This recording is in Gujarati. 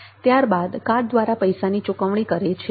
ત્યારબાદ કાર્ડ દ્વારા પૈસાની ચુકવણી કરે છે